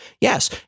Yes